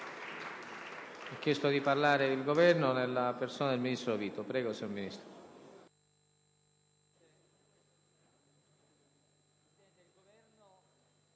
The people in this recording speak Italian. Grazie,